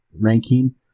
ranking